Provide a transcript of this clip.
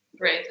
great